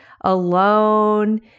alone